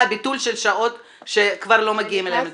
ביטול של השעות שכבר לא מגיעה אליהם מטפלת.